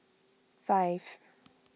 five